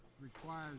requires